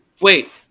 Wait